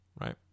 right